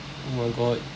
oh my god